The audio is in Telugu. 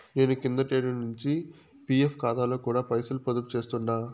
నేను కిందటేడు నించి పీఎఫ్ కాతాలో కూడా పైసలు పొదుపు చేస్తుండా